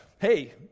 hey